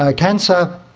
ah cancer,